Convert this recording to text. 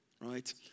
right